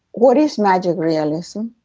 what is magic realism?